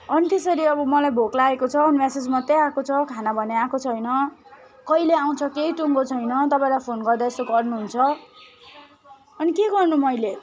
अनि त्यसरी अब मलाई भोक लागेको छ म्यासेज मात्रै आएको छ खाना भने आएको छैन कहिले आउँछ केही टुङ्गो छैन तपाईँलाई फोन गर्दा यसो गर्नुहुन्छ अनि के गर्नु मैले